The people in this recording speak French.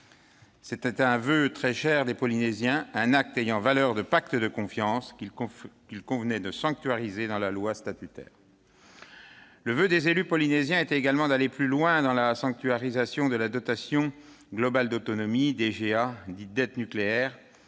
à un voeu très cher des Polynésiens et constitue un acte ayant valeur de « pacte de confiance », qu'il convenait de sanctuariser dans la loi statutaire. Le voeu des élus polynésiens était également d'aller plus loin dans la sanctuarisation de la dotation globale d'autonomie, dite « dette nucléaire